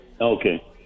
Okay